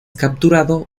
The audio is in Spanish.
capturado